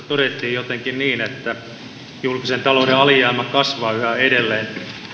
todettiin jotenkin niin että julkisen talouden alijäämä kasvaa yhä edelleen